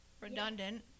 redundant